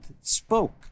spoke